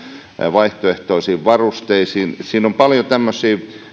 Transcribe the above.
vaihtoehtoisiin varusteisiin siinä on paljon tämmöisiä